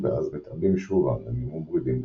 ואז מתעבים שוב העננים ומורידים גשמים.